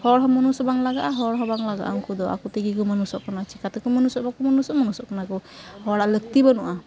ᱦᱚᱲ ᱦᱚᱸ ᱢᱟᱹᱱᱩᱥ ᱵᱟᱝ ᱞᱟᱜᱟᱼᱟ ᱦᱚᱲᱦᱚᱸ ᱵᱟᱝ ᱞᱟᱜᱟᱼᱟ ᱩᱱᱠᱚᱫᱚ ᱟᱠᱚᱛᱮᱜᱮ ᱠᱚ ᱢᱟᱹᱱᱩᱥᱚᱜ ᱠᱟᱱᱟ ᱪᱮᱠᱟᱛᱮᱠᱚ ᱢᱟᱹᱱᱩᱥᱚᱜ ᱵᱟᱠᱚ ᱢᱟᱹᱱᱩᱥᱚᱜ ᱢᱟᱱᱩᱥᱚᱜ ᱠᱟᱱᱟᱠᱚ ᱦᱚᱲᱟᱜ ᱞᱟᱹᱠᱛᱤ ᱵᱟᱹᱱᱩᱜᱼᱟ